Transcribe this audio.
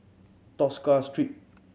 Tosca Street